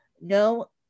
no